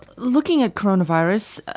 looking at coronavirus,